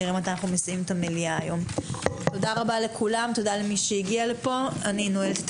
תודה רבה, הישיבה נעולה.